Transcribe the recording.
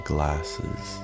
Glasses